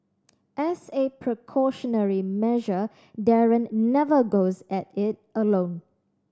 as a precautionary measure Darren never goes at it alone